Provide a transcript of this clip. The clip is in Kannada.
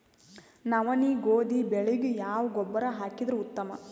ನವನಿ, ಗೋಧಿ ಬೆಳಿಗ ಯಾವ ಗೊಬ್ಬರ ಹಾಕಿದರ ಉತ್ತಮ?